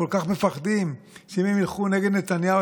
כל כך מפחדים שאם הם ילכו נגד נתניהו,